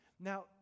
Now